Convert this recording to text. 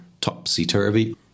topsy-turvy